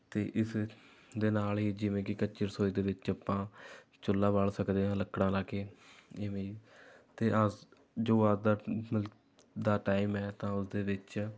ਅਤੇ ਇਸ ਦੇ ਨਾਲ ਹੀ ਜਿਵੇਂ ਕਿ ਕੱਚੀ ਰਸੋਈ ਦੇ ਵਿੱਚ ਆਪਾਂ ਚੁੱਲ੍ਹਾ ਬਾਲ਼ ਸਕਦੇ ਹਾਂ ਲੱਕੜਾਂ ਲਾ ਕੇ ਇਵੇਂ ਹੀ ਅਤੇ ਜੋ ਅੱਜ ਦਾ ਦਾ ਟਾਈਮ ਹੈ ਤਾਂ ਉਸ ਦੇ ਵਿੱਚ